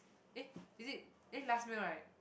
eh is it eh last meal right